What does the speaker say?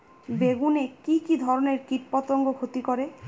বেগুনে কি কী ধরনের কীটপতঙ্গ ক্ষতি করে?